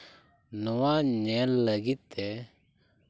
ᱱᱚᱣᱟ ᱧᱮᱞ ᱞᱟᱹᱜᱤᱫ ᱛᱮ